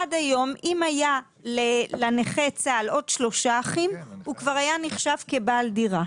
עד היום אם היה לנכה צה"ל עוד שלושה אחים הוא כבר היה נחשב כבעל דירה.